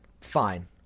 Fine